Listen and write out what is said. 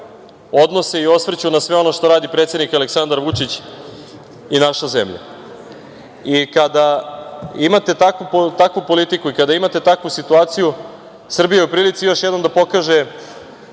odnose i osvrću na sve ono što radi predsednik Aleksandar Vučić i naša zemlja. Kada imate takvu politiku i kada imate takvu situaciju, Srbija je u prilici još jednom da pokaže